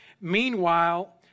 Meanwhile